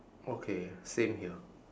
okay same here